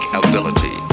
ability